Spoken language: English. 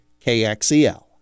KXEL